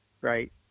right